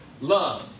love